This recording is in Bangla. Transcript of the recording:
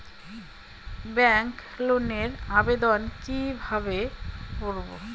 ব্যাংক লোনের আবেদন কি কিভাবে করব?